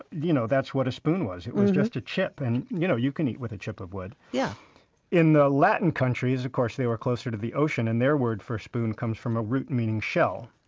you know that's what a spoon was. it was just a chip, and you know you can eat with a chip of wood yeah in the latin countries, of course, they were closer to the ocean, and their word for spoon comes from a root meaning shell.